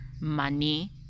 money